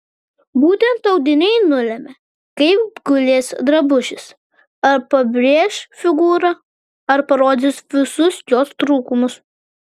būtent audiniai nulemia kaip gulės drabužis ar pabrėš figūrą ar parodys visus jos trūkumus